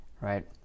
right